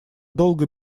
долго